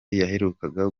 yaherukaga